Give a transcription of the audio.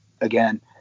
again